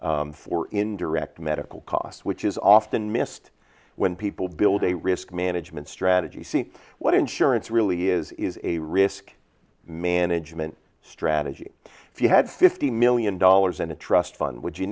recovery for indirect medical costs which is often missed when people build a risk management strategy see what insurance really is is a risk management strategy if you had fifty million dollars in a trust fund would you